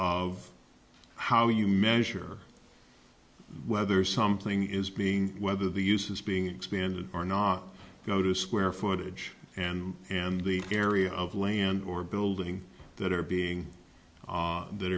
of how you measure whether something is being whether the use is being expanded are not go to square footage and and the area of land or building that are being that